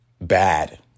Bad